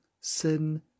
sin